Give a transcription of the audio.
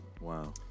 wow